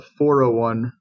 401